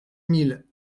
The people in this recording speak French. mille